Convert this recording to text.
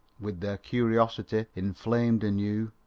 with their curiosity inflamed anew,